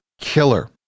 killer